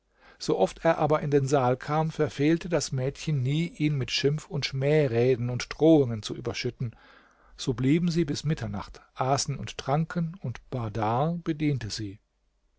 so oft er aber in den saal kam verfehlte das mädchen nie ihn mit schimpf und schmähreden und drohungen zu überschütten so blieben sie bis mitternacht aßen und tranken und bahdar bediente sie